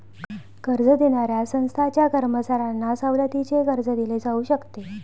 कर्ज देणाऱ्या संस्थांच्या कर्मचाऱ्यांना सवलतीचे कर्ज दिले जाऊ शकते